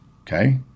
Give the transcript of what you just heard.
Okay